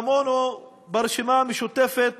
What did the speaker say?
כמונו ברשימה המשותפת,